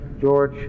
george